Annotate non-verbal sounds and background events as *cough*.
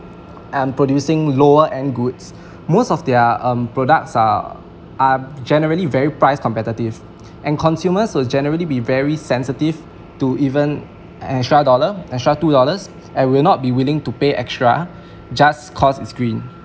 um producing lower end goods *breath* most of their um products are are generally very price competitive and consumers will generally be very sensitive to even an extra dollar extra two dollars and will not be willing to pay extra just cause it's green